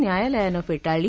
न्यायालनानं फेटाळली